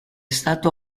stato